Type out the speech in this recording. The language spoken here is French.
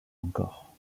encore